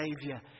Savior